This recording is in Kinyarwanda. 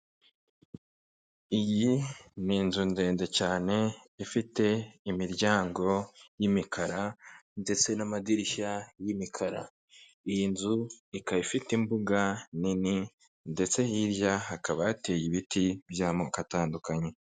Iyi ni inzu ndende cyane ifite imiryango y'imikara ndetse n'amadirishya y'imikara. Iyi nzu ikaba ifite imbuga nini ndetse hirya hakaba hateye ibiti by'amoko atandukanye.